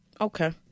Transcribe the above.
okay